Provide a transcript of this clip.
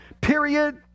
period